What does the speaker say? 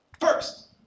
first